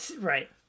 right